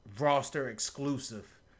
roster-exclusive